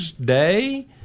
Day